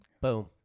Boom